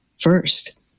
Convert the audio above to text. first